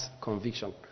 conviction